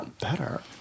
better